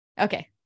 Okay